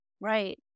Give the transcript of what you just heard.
Right